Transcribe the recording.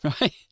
right